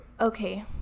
Okay